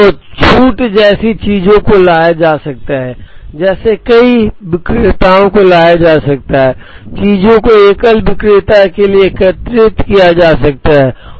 तो छूट जैसी चीजों को लाया जा सकता है जैसे कई विक्रेताओं को लाया जा सकता है चीजों को एकल विक्रेता के लिए एकत्रित किया जा सकता है और इसे लाया जा सकता है